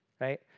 right